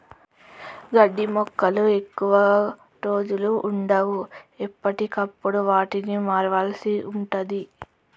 గడ్డి మొక్కలు ఎక్కువ రోజులు వుండవు, ఎప్పటికప్పుడు వాటిని మార్వాల్సి ఉంటది